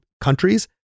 countries